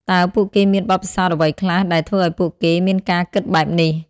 តើពួកគេមានបទពិសោធន៍អ្វីខ្លះដែលធ្វើឲ្យពួកគេមានការគិតបែបនេះ?